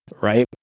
right